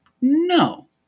No